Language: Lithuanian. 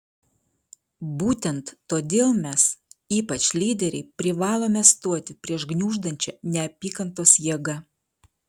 būtent todėl mes ypač lyderiai privalome stoti prieš gniuždančią neapykantos jėgą